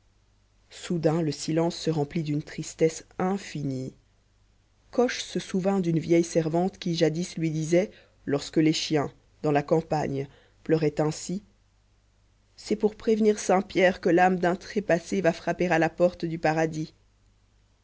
soudain le silence se remplit d'une tristesse infinie coche se souvint d'une vieille servante qui jadis lui disait lorsque les chiens dans la campagne pleuraient ainsi c'est pour prévenir saint pierre que l'âme d'un trépassé va frapper à la porte du paradis